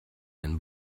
ein